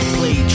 play